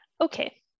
Okay